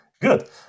Good